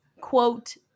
quote